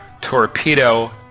Torpedo